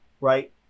Right